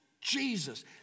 Jesus